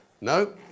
No